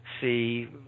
see